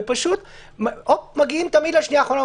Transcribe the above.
ופשוט מגיעים תמיד לשנייה האחרונה,